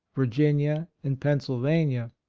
virginia and pennsylvania.